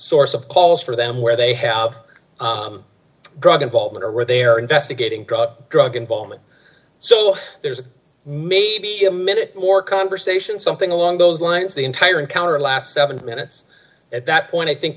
source of calls for them where they have drug involvement or where they are investigating drug drug involvement so there's maybe a minute or conversation something along those lines the entire encounter last seven minutes at that point i think